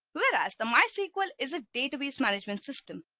whereas the mysql is a database management system.